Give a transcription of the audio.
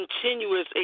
continuous